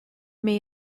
may